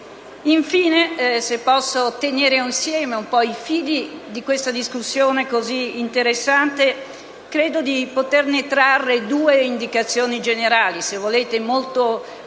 Infine, se posso unire i fili di questa discussione così interessante, credo di poter trarre due indicazioni generali, forse molto meno